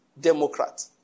Democrat